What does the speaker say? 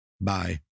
Bye